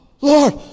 Lord